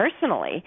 personally